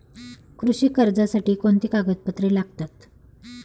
कृषी कर्जासाठी कोणती कागदपत्रे लागतात?